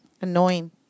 Annoying